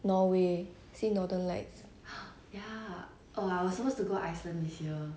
norway see northern lights